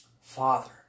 Father